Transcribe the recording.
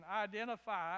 identify